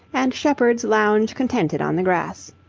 and shepherds lounge contented on the grass.